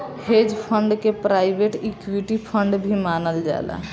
hedge fund के private equity fund भी मानल जाला